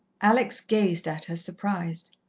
alex gazed at her, surprised.